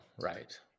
Right